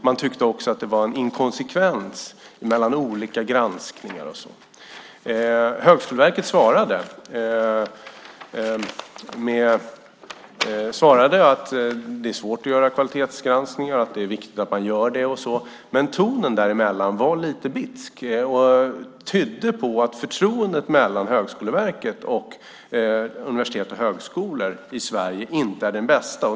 Man tyckte också att det var en inkonsekvens mellan olika granskningar. Högskoleverket svarade att det är svårt att göra kvalitetsgranskningar och att det är viktigt att man gör det. Tonen dem emellan var dock lite bitsk och antydde att förtroendet mellan Högskoleverket och universitet och högskolor i Sverige inte är det bästa.